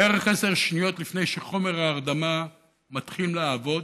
בערך 10 שניות לפני שחומר ההרדמה מתחיל לעבוד,